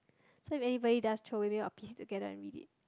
so if anybody does throw away maybe I'll piece together and read it